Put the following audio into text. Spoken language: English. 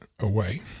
away